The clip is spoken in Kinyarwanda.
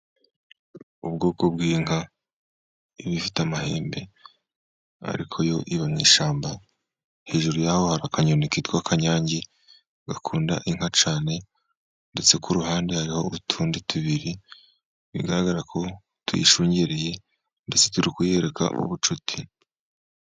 Ubwoko bw'inka iba ifite amahembe ariko yo iba mu ishyamba, hejuru yaho hari akanyoni kitwa akanyange gakunda inka cyane, ndetse ku ruhande hariho utundi tubiri bigaragara ko tuyishungereye, mbese turi kuyereka ubucuti.